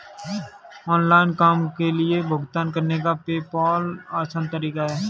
online काम के लिए भुगतान करने का पेपॉल आसान तरीका है